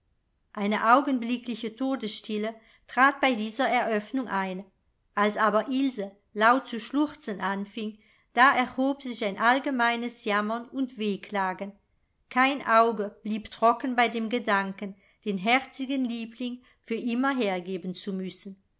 eine augenblickliche todesstille trat bei dieser eröffnung ein als aber ilse laut zu schluchzen anfing da erhob sich ein allgemeines jammern und wehklagen kein auge blieb trocken bei dem gedanken den herzigen liebling für immer hergeben zu müssen